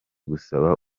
gusaba